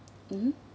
mmhmm